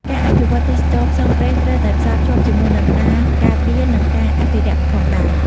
ការអភិវឌ្ឍទេសចរណ៍ផ្សងព្រេងត្រូវតែផ្សារភ្ជាប់ជាមួយនឹងការការពារនិងការអភិរក្សផងដែរ។